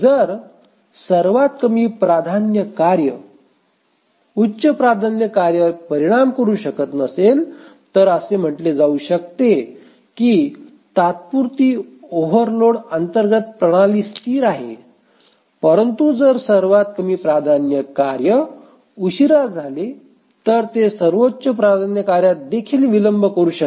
जर सर्वात कमी प्राधान्य कार्य उच्च प्राधान्य कार्यांवर परिणाम करू शकत नसेल तर असे म्हटले जाऊ शकते की तात्पुरती ओव्हरलोड अंतर्गत प्रणाली स्थिर आहे परंतु जर सर्वात कमी प्राधान्य कार्य उशिरा झाले तर ते सर्वोच्च प्राधान्य कार्यात देखील विलंब करू शकते